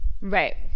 Right